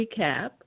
recap